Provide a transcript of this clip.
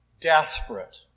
desperate